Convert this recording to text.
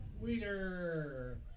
Weeder